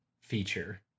feature